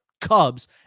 Cubs